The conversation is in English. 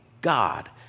God